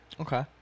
Okay